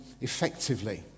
effectively